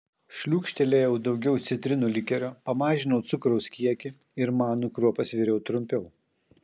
šliūkštelėjau daugiau citrinų likerio pamažinau cukraus kiekį ir manų kruopas viriau trumpiau